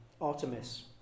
Artemis